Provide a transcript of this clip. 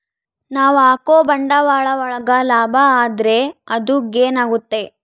ನಾವ್ ಹಾಕೋ ಬಂಡವಾಳ ಒಳಗ ಲಾಭ ಆದ್ರೆ ಅದು ಗೇನ್ ಆಗುತ್ತೆ